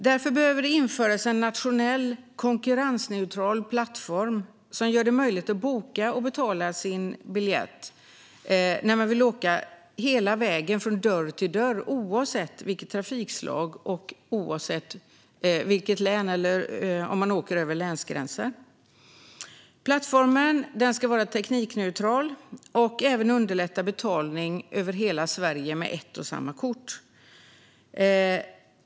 Därför behöver det införas en nationell, konkurrensneutral plattform som gör det möjligt att boka och betala sin biljett hela vägen från dörr till dörr, oavsett trafikslag och oavsett om man åker över länsgränser. Plattformen ska vara teknikneutral och även underlätta betalning över hela Sverige med ett och samma kort.